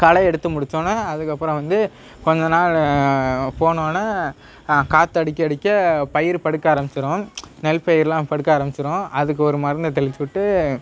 களை எடுத்து முடித்தோனா அதுக்கப்புறம் வந்து கொஞ்சநாள் போனோன்னா காற்றடிக்கடிக்க பயிர் படுக்க ஆரமிச்சுடும் நெல் பயிரெலாம் படுக்க ஆரமிச்சுடும் அதுக்கு ஒரு மருந்தை தெளித்து விட்டு